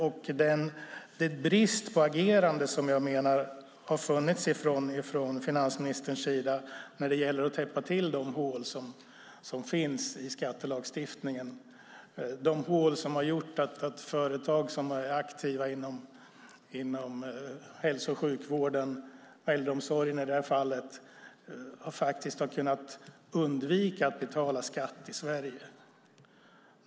Jag menar att det har funnits en brist på agerande från finansministerns sida när det gäller att täppa till de hål som finns i skattelagstiftningen, de hål som har gjort att företag som varit aktiva inom hälso och sjukvården och i det här fallet äldreomsorgen, faktiskt har kunnat undvika att betala skatt i Sverige.